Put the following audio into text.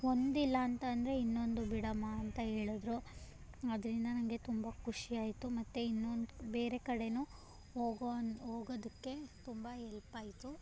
ಒಂದಿಲ್ಲಾಂತಂದರೆ ಇನ್ನೊಂದು ಬಿಡಮ್ಮ ಅಂತ ಹೇಳಿದ್ರು ಅದರಿಂದ ನನಗೆ ತುಂಬ ಖುಷಿಯಾಯಿತು ಮತ್ತು ಇನ್ನೊಂದು ಬೇರೆ ಕಡೆಯೂ ಹೋಗೋವಾ ಹೋಗೋದಕ್ಕೆ ತುಂಬ ಹೆಲ್ಪಾಯ್ತು